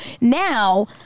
Now